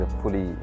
fully